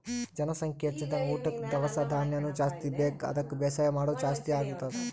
ಜನಸಂಖ್ಯಾ ಹೆಚ್ದಂಗ್ ಊಟಕ್ಕ್ ದವಸ ಧಾನ್ಯನು ಜಾಸ್ತಿ ಬೇಕ್ ಅದಕ್ಕ್ ಬೇಸಾಯ್ ಮಾಡೋದ್ ಜಾಸ್ತಿ ಆಗ್ಲತದ್